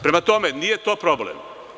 Prema tome, nije to problem.